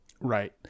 Right